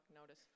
notice